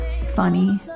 funny